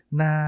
na